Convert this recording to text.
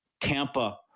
Tampa